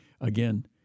Again